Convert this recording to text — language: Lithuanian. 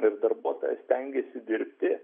ir darbuotojas stengiasi dirbti